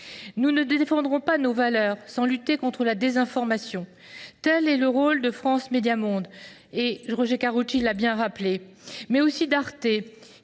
Nous ne défendrons pas nos valeurs sans lutter contre la désinformation. Tel est le rôle de France Médias Monde – Roger Karoutchi l’a justement rappelé –, mais aussi d’Arte,